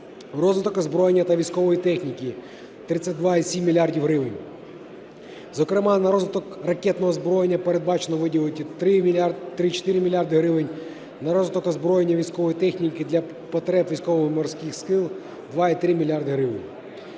Розвиток озброєння та військової техніки – 32,7 мільярда гривень, зокрема, на розвиток ракетного озброєння передбачено виділити 3,4 мільярда гривень, на розвиток озброєння і військової техніки для потреб Військово-Морських сил 2,3 мільярда